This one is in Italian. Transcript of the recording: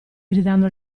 gridando